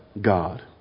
God